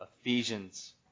Ephesians